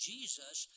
Jesus